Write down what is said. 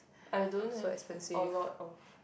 I don't have a lot of